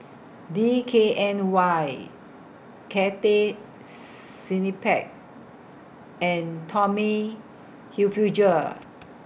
D K N Y Cathay Cineplex and Tommy Hilfiger